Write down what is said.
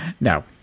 No